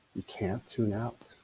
you can't tune out,